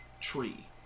tree